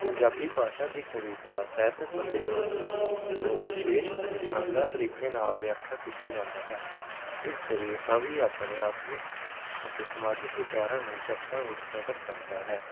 ਪੰਜਾਬੀ ਭਾਸ਼ਾ ਦੀ ਕਵਿਤਾ ਸਾਹਿਤਕ ਸੰਦੇਵਾ ਨੂੰ ਵਿਸ਼ੇਸ਼ ਅਤੇ ਸ਼ਾਨਦਾਰ ਤਰੀਕੇ ਨਾਲ ਵਿਆਖਿਆ ਕੀਤਾ ਜਾਂਦਾ ਹੈ ਇਸ ਜਰੀਏ ਕਵੀ ਆਪਣੇ ਆਤਮਿਕ ਅਤੇ ਸਮਾਜਿਕ ਵਿਚਾਰਾਂ ਨੂੰ ਸ਼ਬਦਾਂ ਵਿੱਚ ਪ੍ਰਗਟ ਕਰਦਾ ਹੈ